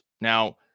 Now